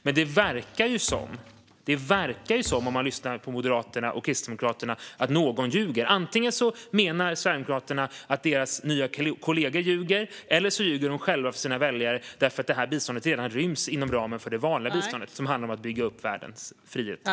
Men om man lyssnar på Moderaterna och Kristdemokraterna verkar det som att någon ljuger. Antingen menar Sverigedemokraterna att deras nya kollegor ljuger, eller så ljuger de själva för sina väljare, eftersom det här biståndet redan ryms inom det vanliga biståndet som handlar om att bygga upp världens friheter.